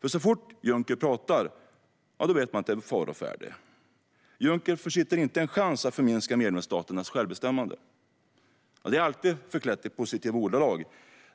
för så fort han talar vet man att det är fara å färde. Juncker försitter inte en chans att förminska medlemsstaternas självbestämmande. Det är alltid förklätt i positiva ordalag.